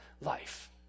life